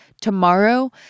Tomorrow